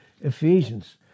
Ephesians